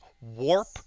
warp